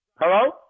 Hello